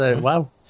wow